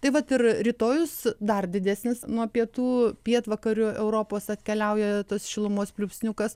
tai vat ir rytojus dar didesnis nuo pietų pietvakarių europos atkeliauja tas šilumos pliūpsniukas